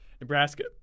Nebraska